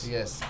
Yes